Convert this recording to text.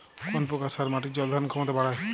কোন প্রকার সার মাটির জল ধারণ ক্ষমতা বাড়ায়?